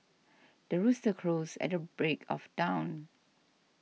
the rooster crows at the break of dawn